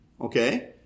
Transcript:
Okay